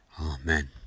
Amen